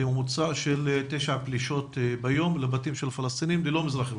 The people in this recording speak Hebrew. ממוצע של תשע פלישות ביום לבתים של פלסטינים ללא מזרח ירושלים.